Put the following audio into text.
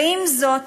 ועם זאת,